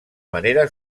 manera